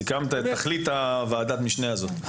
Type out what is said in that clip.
סיכמת את תכלית ועדת המשנה הזאת.